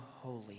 holy